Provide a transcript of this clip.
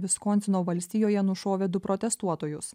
viskonsino valstijoje nušovė du protestuotojus